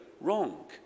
wrong